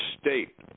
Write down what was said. state